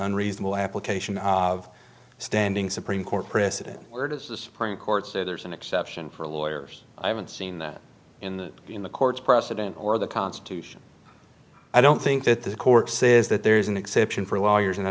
unreasonable application of standing supreme court precedent where does the supreme court say there's an exception for lawyers i haven't seen that in the in the court's precedent or the constitution i don't think that this court says that there is an exception for lawyers and i